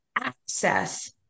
access